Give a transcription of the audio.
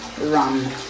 run